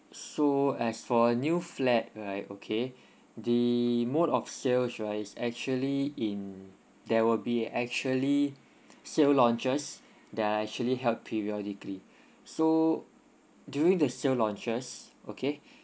so as for a new flat right okay the mode of sales right is actually in there will be actually sale launches that are actually held periodically so during the sale launches okay